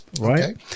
right